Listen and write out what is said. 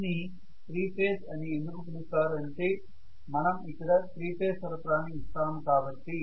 దీనిని 3 ఫేజ్ అని ఎందుకు పిలుస్తారు అంటే మనం ఇక్కడ 3 ఫేజ్ సరఫరాని ఇస్తాము కాబట్టి